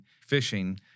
fishing